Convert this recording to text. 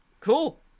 cool